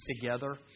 together